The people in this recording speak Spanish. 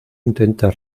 intenta